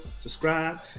subscribe